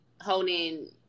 holding